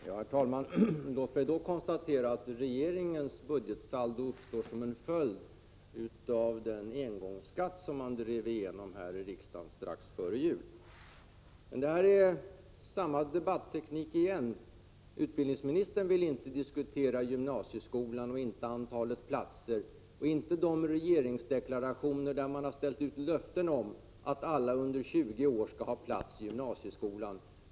Herr talman! Låt mig konstatera att regeringens budgetsaldo uppstår som en följd av den engångsskatt som man drev igenom här i riksdagen strax före jul. Här är samma debatteknik igen: Utbildningsministern vill inte diskutera gymnasieskolan, inte antalet platser och inte de regeringsdeklarationer där man har ställt ut löften om att alla under 20 år skall ha en plats i gymnasieskolan.